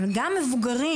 גם מבוגרים